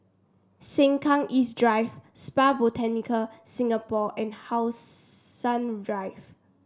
Sengkang East Drive Spa Botanica Singapore and How Sun Drive